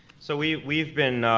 so we've we've been